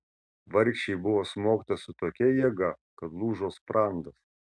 vargšei buvo smogta su tokia jėga kad lūžo sprandas